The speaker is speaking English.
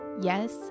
Yes